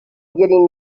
getting